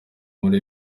muri